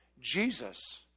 Jesus